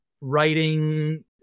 writing